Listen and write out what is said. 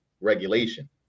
regulation